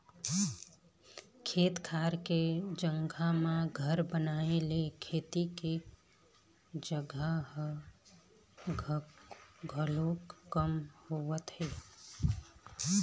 खेत खार के जघा म घर बनाए ले खेती के जघा ह घलोक कम होवत हे